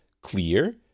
clear